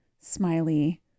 smiley